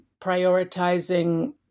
prioritizing